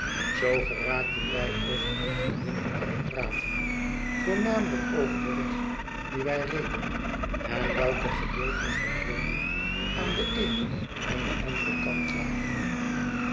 zoo geraakten wij over andere dingen aan het praten voornamelijk over den weg dien wij reden en welke gedeelten van l o n d e n aan den eenen en den anderen kant lagen